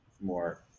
more